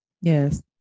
Yes